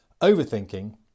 overthinking